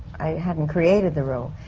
i hadn't created the role.